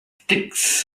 sticks